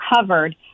covered